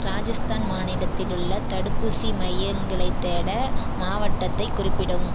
ராஜஸ்தான் மாநிலத்தில் உள்ள தடுப்பூசி மையங்களை தேட மாவட்டத்தைக் குறிப்பிடவும்